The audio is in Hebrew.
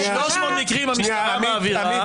300 מקרים המשטרה מעבירה,